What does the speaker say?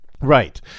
Right